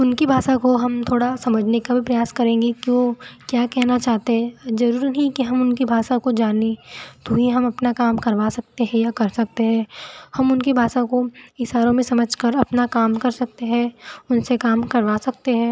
उनकी भाषा को हम थोड़ा समझने का भी प्रयास करेंगे कि वह क्या कहना चाहते है जरूरी नहीं कि हम उनकी भाषा को जाने तो ही हम अपना काम करवा सकते हैं या कर सकते है हम उनकी भाषा को इशारों में समझ कर अपना काम कर सकते है उनसे काम करवा सकते है